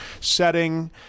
setting